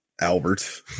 Albert